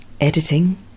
editing